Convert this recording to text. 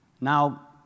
Now